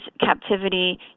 captivity